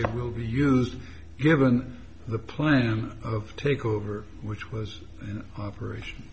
they will be used given the plan of takeover which was operation